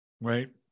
right